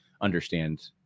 understand